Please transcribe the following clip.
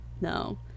No